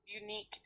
unique